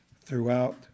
throughout